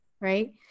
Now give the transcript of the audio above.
Right